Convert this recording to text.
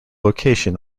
location